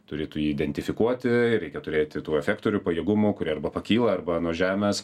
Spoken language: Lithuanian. turi tų jį identifikuoti reikia turėti tų efektorių pajėgumų kurie arba pakyla arba nuo žemės